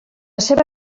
seva